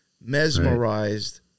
mesmerized